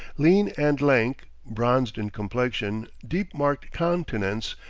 lean and lank, bronzed in complexion, deep marked countenance,